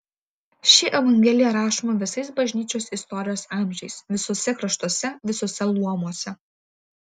ši evangelija rašoma visais bažnyčios istorijos amžiais visuose kraštuose visuose luomuose